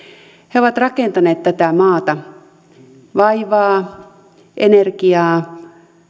he ovat rakentaneet tätä maata vaivaa energiaa